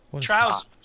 Trousers